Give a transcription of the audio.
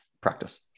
Practice